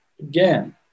again